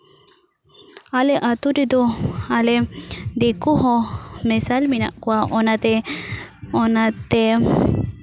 ᱟᱞᱮ ᱟᱛᱳ ᱨᱮᱫᱚ ᱟᱞᱮ ᱫᱤᱠᱩ ᱦᱚᱸ ᱢᱮᱥᱟᱞ ᱢᱮᱱᱟᱜ ᱠᱚᱣᱟ ᱚᱱᱟᱛᱮ ᱚᱱᱟᱛᱮ